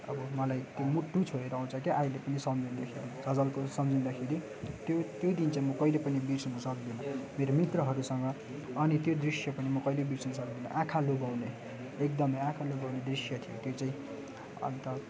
अब मलाई त्यो मुटु छोएर आउँछ के अहिले पनि सम्झिँदाखेरि झझल्को सम्झिँदाखेरि त्यो त्यो दिन चाहिँ म कहिल्यै पनि बिर्सिन सक्दिनँ मेरो मित्रहरूसँग अनि त्यो दृश्य पनि म कहिल्यै बिर्सिन सक्दिनँ आँखा लोभ्याउने एकदमै आँखा लोभ्याउने दृश्य थियो त्यो चाहिँ अन्त